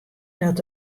dat